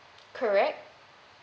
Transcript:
correct